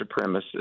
supremacists